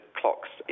clocks